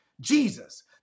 Jesus